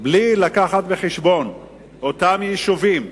בלי להביא בחשבון את אותם יישובים,